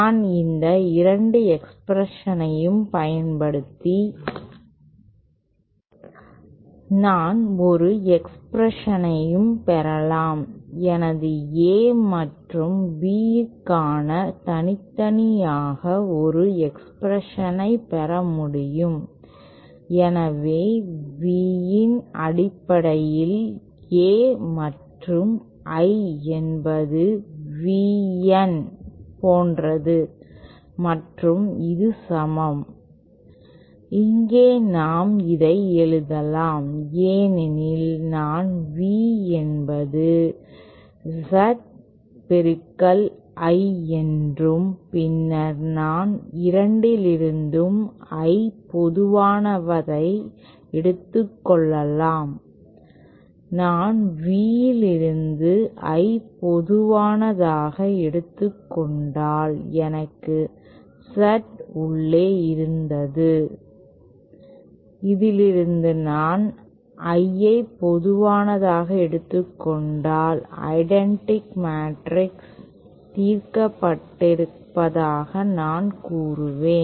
நான் இந்த 2 எக்ஸ்பிரஷனை பயன்படுத்தி நான் ஒரு எக்ஸ்பிரஷனையும் பெறலாம் எனது A மற்றும் B க்காக தனித்தனியாக ஒரு எக்ஸ்பிரஷனைப் பெற முடியும் எனவே V இன் அடிப்படையில் A மற்றும் I என்பது VN போன்றது மற்றும் இது சமம் இங்கே நாம் இதை எழுதலாம் ஏனெனில் நான் V என்பது Z I என்றும் பின்னர் நான் இரண்டிலிருந்தும் I பொதுவானதை எடுத்துக்கொள்ளலாம் நான் V இலிருந்து I பொதுவானதாக எடுத்துக் கொண்டால் எனக்கு Z உள்ளே இருந்தது இதிலிருந்து நான் I பொதுவானதாக எடுத்துக் கொண்டால் ஐடென்டிட்டி மேட்ரிக்ஸ் தீர்க்கப்பட்டிருப்பதாக நான் கூறுவேன்